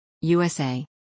USA